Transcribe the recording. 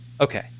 Okay